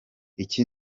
iki